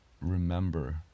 remember